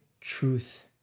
truth